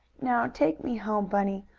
now take me home, bunny.